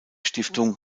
stiftung